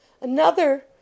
Another